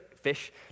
fish